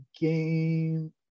game